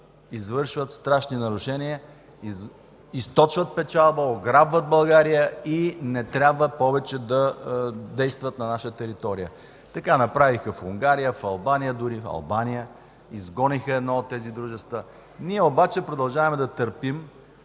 извършват страшни нарушения – източват печалба, ограбват България и не трябва повече да действат на наша територия. Така направиха в Унгария, в Албания – дори изгониха едно от тези дружества, ние обаче продължаваме да търпим